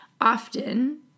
Often